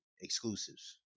exclusives